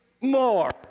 more